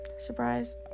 surprise